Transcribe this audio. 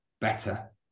better